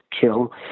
kill